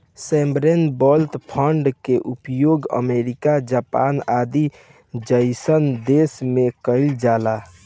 sovereign wealth fund के उपयोग America Japan आदि जईसन देश में कइल जाला